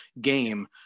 game